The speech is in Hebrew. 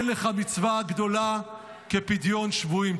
אין לך מצווה גדולה כפדיון שבויים.